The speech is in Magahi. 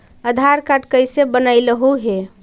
आधार कार्ड कईसे बनैलहु हे?